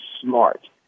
smart